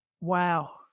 Wow